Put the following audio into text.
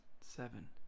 seven